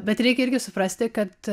bet reikia irgi suprasti kad